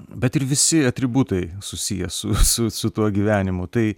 bet ir visi atributai susiję su su su tuo gyvenimu tai